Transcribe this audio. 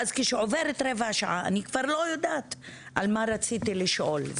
ואז כשעוברת רבע שעה אני כבר לא יודעת על מה רציתי לשאול.